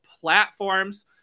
platforms